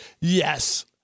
Yes